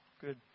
good